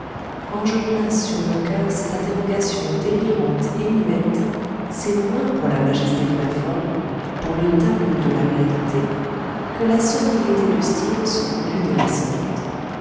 quand je place sur mon coeur cette interrogation délirante et muette c'est moins pour la majesté de la forme pour le tableau de la réalité que la sobriété du style se conduit de la sorte